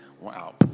Wow